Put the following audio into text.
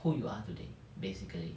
who you are today basically